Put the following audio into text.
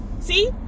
See